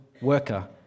worker